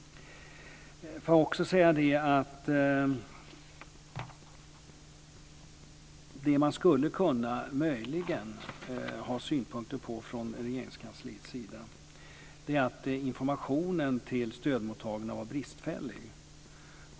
Det Regeringskansliet möjligen skulle kunna ha synpunkter på är att informationen till stödmottagarna var bristfällig.